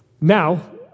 Now